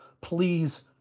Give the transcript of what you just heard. please